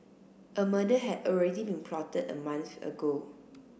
a murder had already been plotted a month ago